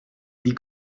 die